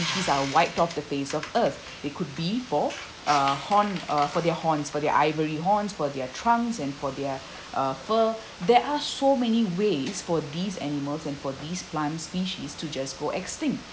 are wiped off the face of earth it could be for uh horn uh for their horns for their ivory horns for their trunks and for their uh fur there are so many ways for these animals and for these plant species to just go extinct